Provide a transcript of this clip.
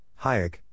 Hayek